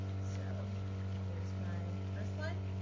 so there's my first line,